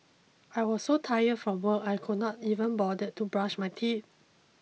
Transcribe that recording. I was so tired from work I could not even bothered to brush my teeth